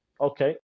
Okay